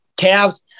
Cavs